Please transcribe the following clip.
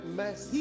mess